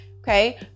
Okay